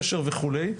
קשר וכו'.